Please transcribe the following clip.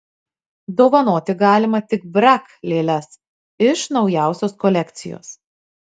dovanoti galima tik brac lėles iš naujausios kolekcijos